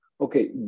Okay